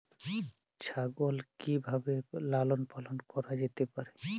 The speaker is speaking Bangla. ছাগল কি ভাবে লালন পালন করা যেতে পারে?